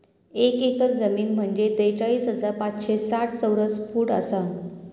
एक एकर जमीन म्हंजे त्रेचाळीस हजार पाचशे साठ चौरस फूट आसा